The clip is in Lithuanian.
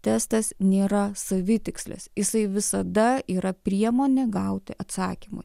testas nėra savitikslis jisai visada yra priemonė gauti atsakymui